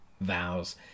vows